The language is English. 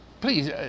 please